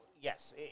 yes